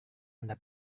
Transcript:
anda